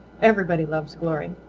everybody loves glory.